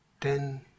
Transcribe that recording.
ten